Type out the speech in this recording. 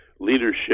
leadership